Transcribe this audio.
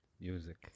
Music